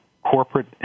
corporate